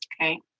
okay